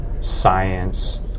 science